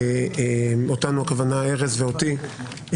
את ארז ואותי,